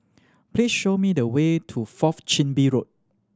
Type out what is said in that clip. please show me the way to Fourth Chin Bee Road